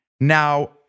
Now